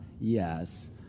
Yes